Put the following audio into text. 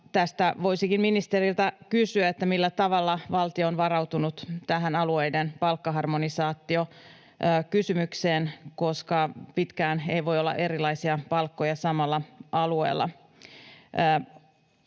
Tästä voisinkin ministeriltä kysyä: millä tavalla valtio on varautunut tähän alueiden palkkaharmonisaatiokysymykseen, koska pitkään ei voi olla erilaisia palkkoja samalla alueella?